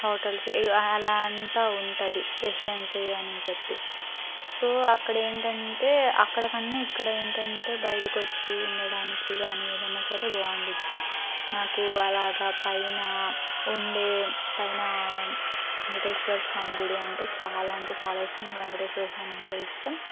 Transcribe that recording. hotels అలా అంత ఉంటుంది గెస్టున్సీ కానీ చెప్పి సో అక్కడ ఏంటి అంటే అక్కడ కన్న ఇక్కడ ఏంటి అంటే బయటకొచ్చి ఉండటానికి కానీ ఏదియైన సరే బాగుంటుంది నాకు అలాగా పైనా ఉండే పైనా వేంకటేశ్వరస్వామి గుడి అంటే చాలా అంటే చాలా ఇష్టం నాకు వేంకటేశ్వరస్వామి అంటే ఇష్టం